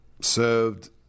served